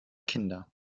kinder